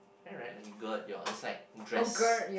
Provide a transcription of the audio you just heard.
right like you gird your is like dress